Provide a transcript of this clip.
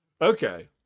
Okay